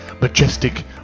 majestic